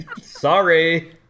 Sorry